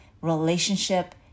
relationship